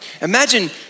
imagine